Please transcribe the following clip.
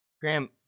Graham